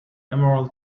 emerald